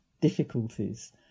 difficulties